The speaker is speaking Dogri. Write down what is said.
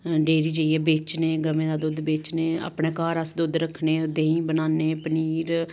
डेरी जाइयै बेचने गवें दा दुद्ध बेचने अपने घर अस दुद्ध रक्खने देहीं बनान्ने पनीर